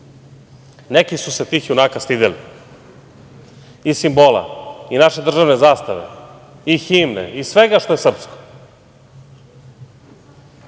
Neki su se tih junaka stideli, i simbola i naše državne zastave i himne i svega što je srpsko. Ova